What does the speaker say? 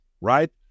right